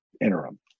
interim